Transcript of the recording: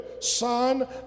son